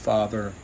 Father